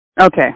Okay